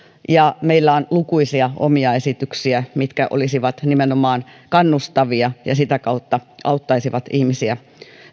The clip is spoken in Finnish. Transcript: ja meillä on lukuisia omia esityksiä mitkä olisivat nimenomaan kannustavia ja sitä kautta auttaisivat ihmisiä